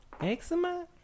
Eczema